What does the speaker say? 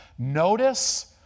Notice